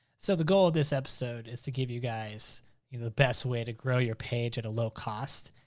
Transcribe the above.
so the goal of this episode is to give you guys the best way to grow your page at a low cost,